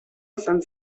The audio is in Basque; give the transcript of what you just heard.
izan